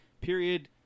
period